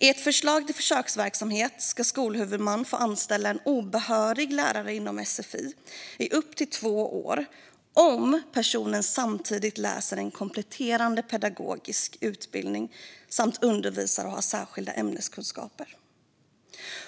I ett förslag till försöksverksamhet ska skolhuvudmän få anställa en obehörig lärare inom sfi i upp till två år om personen samtidigt läser en kompletterande pedagogisk utbildning samt undervisar och har särskilda ämneskunskaper.